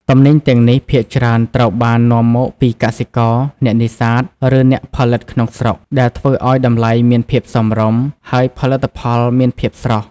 ទំនិញទាំងនេះភាគច្រើនត្រូវបាននាំមកពីកសិករ អ្នកនេសាទ ឬអ្នកផលិតក្នុងស្រុក ដែលធ្វើឱ្យតម្លៃមានភាពសមរម្យ ហើយផលិតផលមានភាពស្រស់។